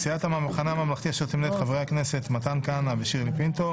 סיעת המחנה הממלכתי אשר תמנה את חברי הכנסת מתן כהנא ושירלי פינטו,